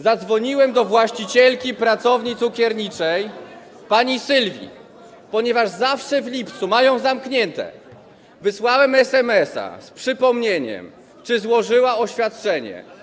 Zadzwoniłem do właścicielki pracowni cukierniczej, pani Sylwii, ponieważ zawsze w lipcu mają zamknięte, wysłałem SMS-a z przypomnieniem, czy złożyła oświadczenie.